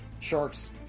sharks